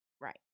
Right